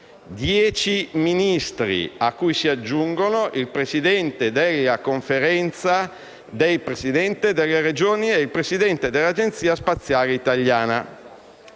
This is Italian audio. dieci Ministri a cui si aggiungono il Presidente della Conferenza dei Presidenti delle Regioni e il Presidente dell'Agenzia spaziale italiana.